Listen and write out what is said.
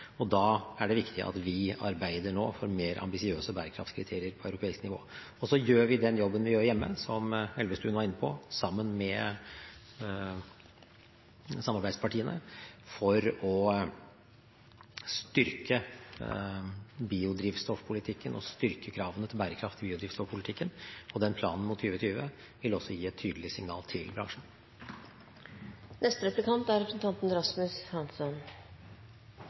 Da er det viktig at vi arbeider for mer ambisiøse bærekraftskriterier på europeisk nivå. Så gjør vi den jobben som vi gjør hjemme, som Elvestuen var inne på, sammen med samarbeidspartiene for å styrke biodrivstoffpolitikken og styrke kravene til bærekraftig biodrivstoffpolitikk. Den planen mot 2020 vil også gi et tydelig signal til bransjen. Statsråden er